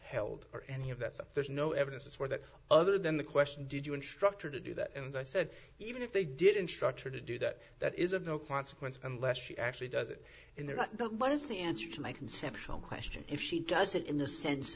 held or any of that so there's no evidence for that other than the question did you instructor to do that and as i said even if they didn't structure to do that that is of no consequence unless she actually does it in the right but what is the answer to my conceptual question if she does it in the sense